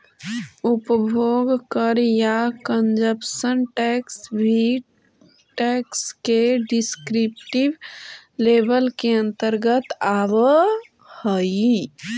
उपभोग कर या कंजप्शन टैक्स भी टैक्स के डिस्क्रिप्टिव लेबल के अंतर्गत आवऽ हई